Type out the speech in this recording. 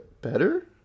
better